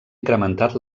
incrementat